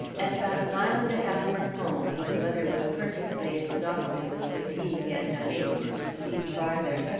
and about a mile and a half from home, when mother was perfectly exhausted with fatigue and unable to proceed farther,